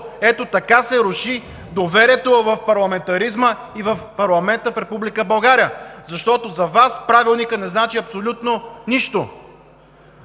ето така се руши доверието в парламентаризма и в парламента в Република България. Защото за Вас Правилникът не значи абсолютно нищо.